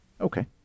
Okay